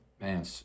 Man